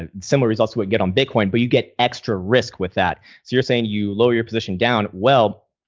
and similar results we get on bitcoin. but you get extra risk with that. so you're saying you lower your position down, well,